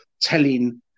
telling